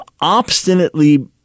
obstinately